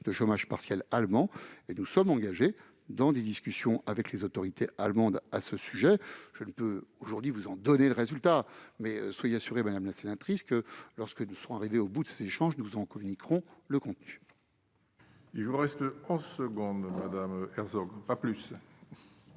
de chômage partiel allemand. À ce sujet, nous sommes engagés dans des discussions avec les autorités allemandes. Je ne peux aujourd'hui vous en donner le résultat, mais soyez assurée, madame la sénatrice, que, lorsque nous serons arrivés au terme de ces échanges, nous en communiquerons le contenu. La parole est à Mme Christine Herzog, pour